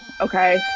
okay